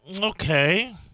Okay